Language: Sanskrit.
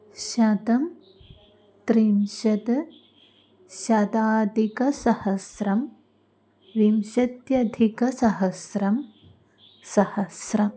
शतं त्रिंशत् शताधिकसहस्रं विंशत्यधिकसहस्रं सहस्रम्